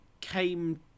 came